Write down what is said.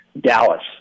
Dallas